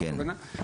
כן.